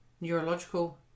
neurological